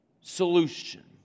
Solution